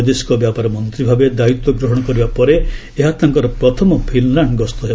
ବୈଦେଶିକ ବ୍ୟାପାର ମନ୍ତ୍ରୀ ଭାବେ ଦାୟିତ୍ୱ ଗ୍ରହଣ କରିବା ପରେ ଏହା ତାଙ୍କର ପ୍ରଥମ ଫିନ୍ଲ୍ୟାଣ୍ଡ ଗସ୍ତ ହେବ